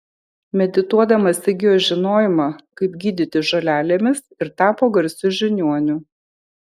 medituodamas įgijo žinojimą kaip gydyti žolelėmis ir tapo garsiu žiniuoniu